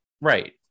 Right